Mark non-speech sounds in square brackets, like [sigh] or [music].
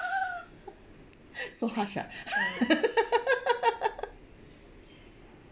[laughs] so harsh ah [laughs]